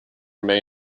may